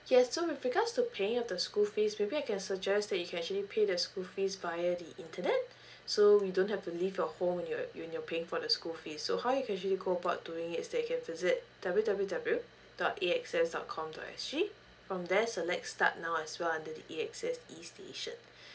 yes so with regards to paying up the school fees maybe I can suggest that you actually pay the school fees via the internet so you don't have to leave your home and you're you're paying for the school fees so how you can usually go about doing it is that you can visit W W W dot A X S dot com dot S G from there select start now as well under the A_X_S e station